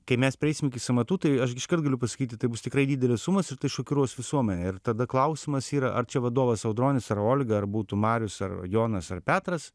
kai mes prieisim iki sąmatų tai aš iškart galiu pasakyti tai bus tikrai didelės sumos ir tai šokiruos visuomenę ir tada klausimas yra ar čia vadovas audronis ar olga ar būtų marius ar jonas ar petras